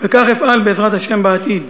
וכך אפעל, בעזרת השם, בעתיד.